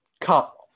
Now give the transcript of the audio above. cut